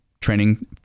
training